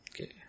okay